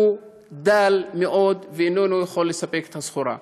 הא דל מאוד ואיננו יכול לספק את הסחורה.